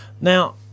Now